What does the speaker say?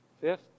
Fifth